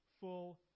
full